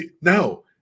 No